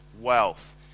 wealth